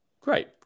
Great